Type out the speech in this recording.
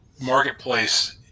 marketplace